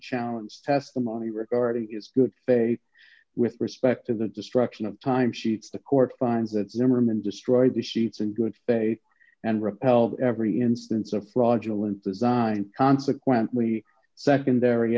unchallenged testimony regarding his good faith with respect to the destruction of time sheets the court finds that zimmerman destroyed the sheets in good faith and repelled every instance of fraudulent design consequently secondary